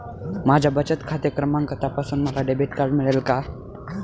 माझा बचत खाते क्रमांक तपासून मला डेबिट कार्ड मिळेल का?